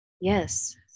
Yes